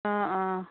অঁ অঁ